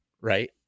right